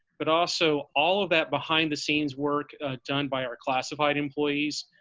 but also all of that behind the scenes work done by our classified employees.